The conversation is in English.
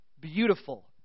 Beautiful